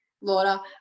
Laura